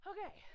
Okay